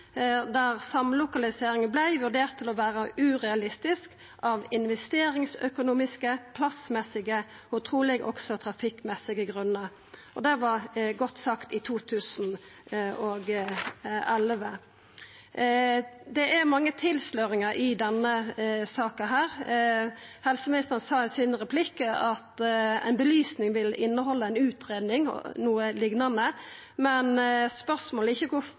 der samlokalisering vart vurdert å vera urealistisk av investeringsøkonomiske, plassmessige og truleg også trafikkmessige grunnar. Det var godt sagt i 2011. Det er mange tilsløringar i denne saka. Helseministeren sa i replikken sin at ei belysing vil innehalda ei utgreiing – noko liknande. Spørsmålet er kvifor ein da ikkje